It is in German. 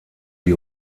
die